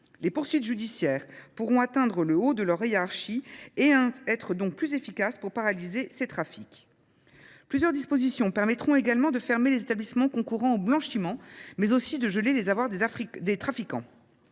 Les poursuites judiciaires pourront atteindre le haut de leur hiérarchie et être donc plus efficaces pour paralyser ces trafics. Plusieurs dispositions permettront également de fermer les établissements concurrents au blanchiment, mais aussi de geler les avoirs des trafiquants.